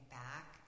back